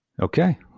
Okay